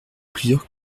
plusieurs